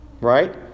Right